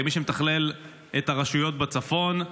כמי שמתכלל את הרשויות בצפון,